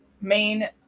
main